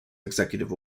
executive